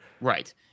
Right